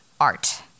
art